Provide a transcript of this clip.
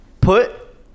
put